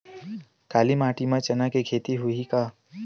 काली माटी म चना के खेती होही का?